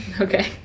Okay